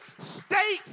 state